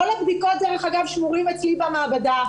כל הבדיקות, דרך אגב, שמורות אצלי במעבדה.